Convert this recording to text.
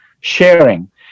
sharing